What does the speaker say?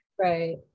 right